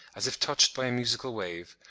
as if touched by a musical wave,